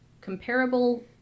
comparable